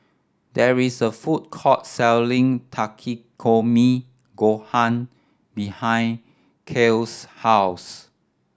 there is a food court selling Takikomi Gohan behind Kiel's house